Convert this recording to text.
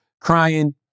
crying